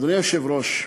אדוני היושב-ראש,